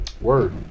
Word